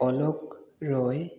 Alok Roy